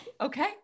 okay